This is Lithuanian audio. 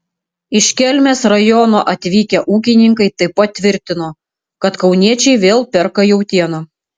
iš kelmės rajono atvykę ūkininkai taip pat tvirtino kad kauniečiai vėl perka jautieną